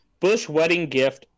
BushWeddingGift